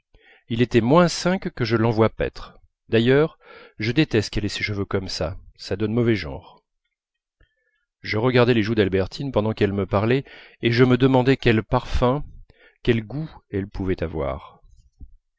il était moins cinq que je l'envoie paître d'ailleurs je déteste qu'elle ait ses cheveux comme ça ça donne mauvais genre je regardais les joues d'albertine pendant qu'elle me parlait et je me demandais quel parfum quel goût elles pouvaient avoir